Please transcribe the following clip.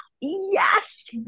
yes